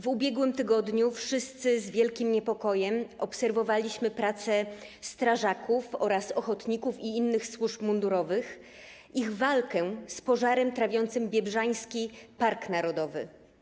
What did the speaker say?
W ubiegłym tygodniu wszyscy z wielkim niepokojem obserwowaliśmy pracę strażaków oraz ochotników i innych służb mundurowych, ich walkę z pożarem trawiącym Biebrzański Park Narodowy.